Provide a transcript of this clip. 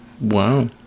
Wow